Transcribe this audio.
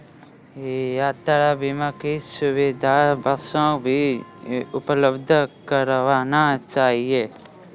यात्रा बीमा की सुविधा बसों भी उपलब्ध करवाना चहिये